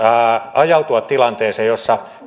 ajautua tilanteeseen jossa